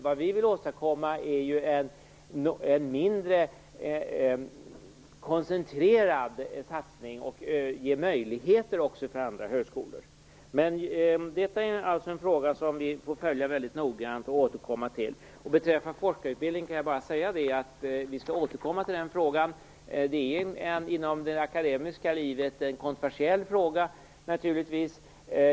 Vad vi vill åstadkomma är ju en mindre koncentrerad satsning, och vi vill också ge möjligheter för andra högskolor. Det är en fråga som vi får följa väldigt noga och återkomma till. Beträffande forskarutbildningen kan jag bara säga att det är en fråga som vi skall återkomma till. Det är inom det akademiska livet naturligtvis ett kontroversiellt spörsmål.